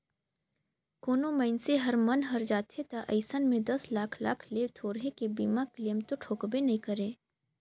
कोनो मइनसे हर मन हर जाथे त अइसन में दस लाख लाख ले थोरहें के बीमा क्लेम तो ठोकबे नई करे